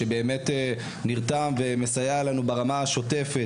שנרתם ומסייע לנו ברמה השוטפת.